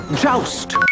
Joust